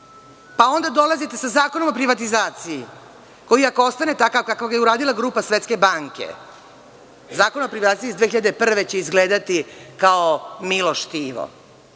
pa onda dolazite sa Zakonom o privatizaciji, koji ako ostane takav kakav je uradila grupa Svetske banke, Zakon o privatizaciji iz 2001. godine će izgledati kao milo štivo.